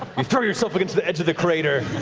you threw yourself against the edge of the crater,